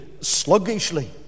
sluggishly